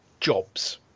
jobs